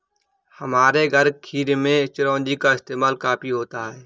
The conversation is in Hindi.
हमारे घर खीर में चिरौंजी का इस्तेमाल काफी होता है